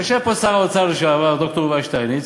יושב פה שר האוצר לשעבר ד"ר יובל שטייניץ,